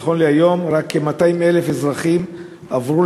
נכון להיום רק כ-200,000 אזרחים עברו